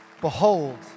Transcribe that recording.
Behold